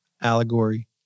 allegory